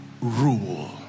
Rule